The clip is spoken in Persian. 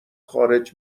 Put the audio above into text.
خارج